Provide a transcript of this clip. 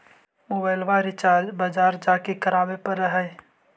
मोबाइलवा रिचार्ज बजार जा के करावे पर है?